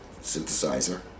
synthesizer